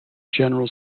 general